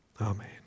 amen